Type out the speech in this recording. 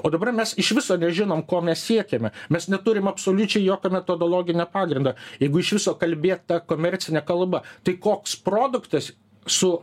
o dabar mes iš viso nežinom ko mes siekiame mes neturim absoliučiai jokio metodologinio pagrindo jeigu iš viso kalbėt ta komercine kalba tai koks produktas su